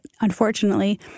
unfortunately